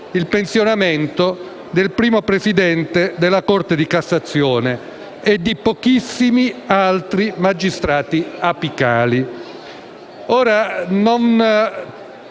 il pensionamento del primo presidente della Corte di cassazione e di pochissimi altri magistrati apicali.